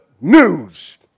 news